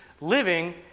living